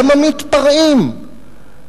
למה "מתפרעים"?